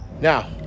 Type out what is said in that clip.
Now